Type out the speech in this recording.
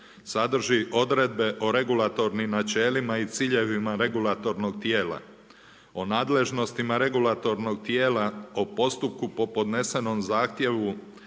sadrži odredbe o regulatornim načelima i ciljevima regulatornog tijela, o nadležnostima regulatornog tijela, o postupku po podnesenom zahtjevu,